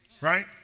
right